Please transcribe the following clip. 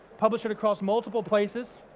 publish it across multiple places,